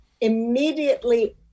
immediately